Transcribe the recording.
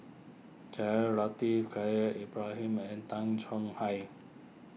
Jaafar Latiff Khalil Ibrahim and Tay Chong Hai